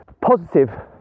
positive